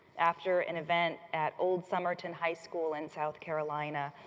after an event at old somerton high school in south carolina,